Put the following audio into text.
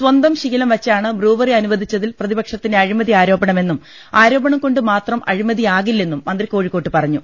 സ്വന്തം ശീലം വെച്ചാണ് ബ്രൂവറി അനുവദിച്ചതിൽ പ്രതിപക്ഷത്തിന്റെ അഴിമതി ആരോപണ്മെന്നും ആരോപണം കൊണ്ട് മാത്രം അഴിമതിയാകില്ലെന്നും മന്ത്രി കോഴിക്കോട്ട് പറഞ്ഞു